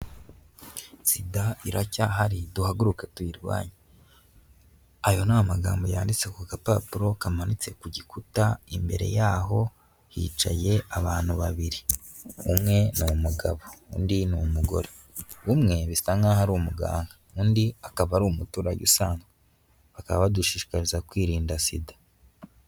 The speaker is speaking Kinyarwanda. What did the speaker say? SIDA iracyahari duhaguruke tuyirwanye. Ayo ni amagambo yanditse ku gapapuro kamanitse ku gikuta, imbere yaho hicaye abantu babiri. Umwe ni umugabo, undi ni umugore. Umwe bisa nkaho ari umuganga, undi akaba ari umuturage usanzwe. Bakaba badushishikariza kwirinda SIDA.